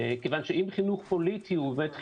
כיוון שאם חינוך פוליטי הוא בית חינוך,